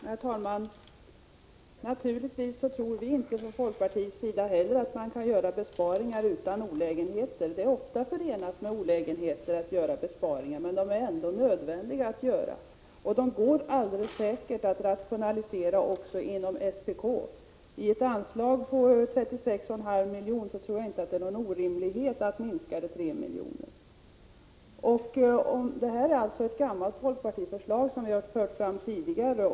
Herr talman! Vi från folkpartiets sida tror naturligtvis inte heller att man kan göra besparingar utan olägenheter. Det är ofta förenat med olägenheter att göra besparingar, men det är ändå nödvändigt att vidta sådana. Det går alldeles säkert att också inom SPK göra besparingar genom att rationalisera. Med ett anslag på 36,5 milj.kr. tror jag inte att det är någon orimlighet för SPK att göra en minskning med 3 miljoner. Det här är alltså ett förslag som vi från folkpartiet har fört fram tidigare.